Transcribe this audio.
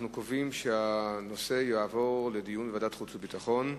אנחנו קובעים שהנושא יעבור לדיון בוועדת החוץ והביטחון.